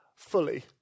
Fully